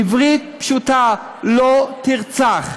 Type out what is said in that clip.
עברית פשוטה: לא תרצח.